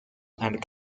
and